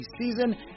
season